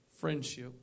friendship